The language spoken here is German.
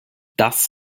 dass